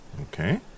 Okay